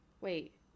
Wait